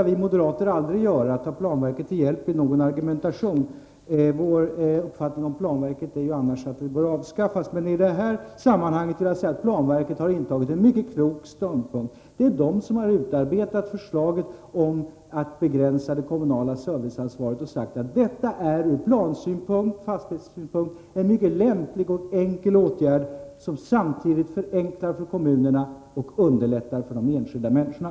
Vi moderater brukar aldrig ta planverket till hjälp i någon argumentation, eftersom vår uppfattning är att det bör avskaffas, men i det här sammanhanget har planverket intagit en mycket klok ståndpunkt. I det förslag om att begränsa det kommunala serviceansvaret som man utarbetat har man sagt att begränsningen ur plansynpunkt och bebyggelsesynpunkt är en mycket lämplig och enkel åtgärd, som förenklar för kommunerna samtidigt som den underlättar för de enskilda människorna.